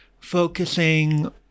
focusing